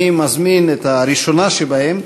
אני מזמין את הראשונה שבהם,